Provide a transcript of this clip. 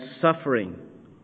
suffering